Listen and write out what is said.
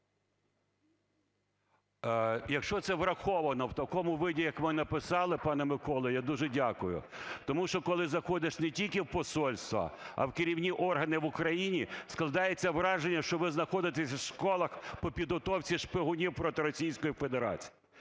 Якщо це враховано в такому виді, як ви написали, пане Миколо, я дуже дякую. Тому що коли заходиш не тільки в посольства, а в керівні органи в Україні, складається враження, що ви знаходитесь у школах по підготовці шпигунів проти Російської Федерації.